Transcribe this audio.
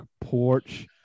porch